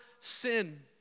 sin